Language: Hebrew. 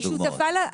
אני שותפה לזה.